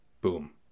Boom